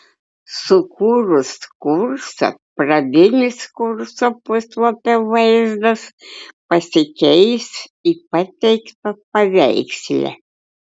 sukūrus kursą pradinis kurso puslapio vaizdas pasikeis į pateiktą paveiksle